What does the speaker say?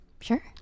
Sure